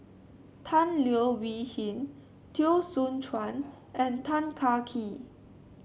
Tan Leo Wee Hin Teo Soon Chuan and Tan Kah Kee